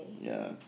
ya